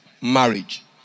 marriage